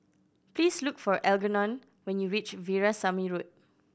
please look for Algernon when you reach Veerasamy Road